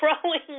growing